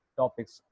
topics